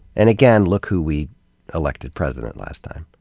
and, again, look who we elected president last time.